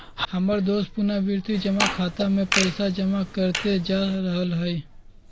हमर दोस पुरनावृति जमा खता में पइसा जमा करइते जा रहल हइ